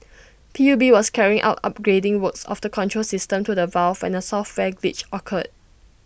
P U B was carrying out upgrading works of the control system to the valve when A software glitch occurred